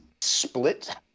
split